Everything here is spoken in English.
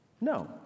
No